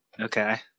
Okay